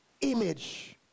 image